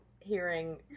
hearing